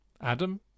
Adam